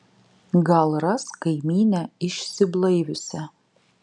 gal ras kaimynę išsiblaiviusią